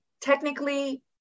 Technically